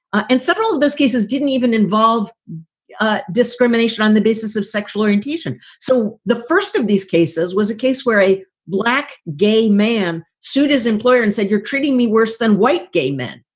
and several of those cases didn't even involve discrimination on the basis of sexual orientation. so the first of these cases was a case where a black gay man sued his employer and said, you're treating me worse than white gay men.